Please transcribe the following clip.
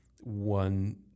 one